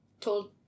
told